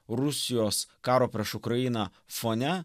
rusijos karo prieš ukrainą fone